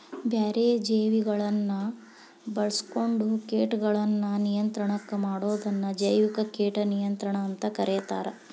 ಬ್ಯಾರೆ ಜೇವಿಗಳನ್ನ ಬಾಳ್ಸ್ಕೊಂಡು ಕೇಟಗಳನ್ನ ನಿಯಂತ್ರಣ ಮಾಡೋದನ್ನ ಜೈವಿಕ ಕೇಟ ನಿಯಂತ್ರಣ ಅಂತ ಕರೇತಾರ